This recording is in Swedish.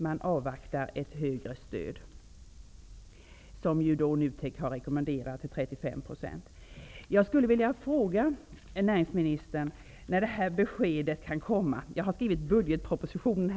Man avvaktar ett högre stöd, och NUTEK har rekommenderat en höjning till 35 %. Jag vill fråga näringsministern när beskedet härom kan komma. Jag har i mina anteckningar skrivit ''Budgetpropositionen?''